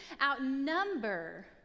outnumber